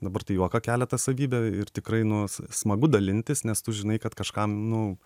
dabar tai juoka kelia ta savybė ir tikrai nu smagu dalintis nes tu žinai kad kažkam nu